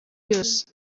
yose